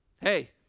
hey